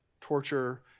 torture